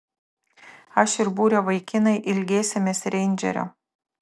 aš ir būrio vaikinai ilgėsimės reindžerio